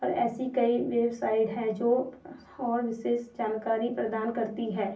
और ऐसी कई वेवसाइड हैं जो और विशेष जानकारी प्रदान करती है